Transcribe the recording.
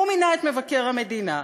הוא מינה את מבקר המדינה,